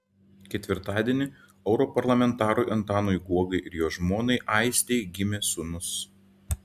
ketvirtadienį europarlamentarui antanui guogai ir jo žmonai aistei gimė sūnus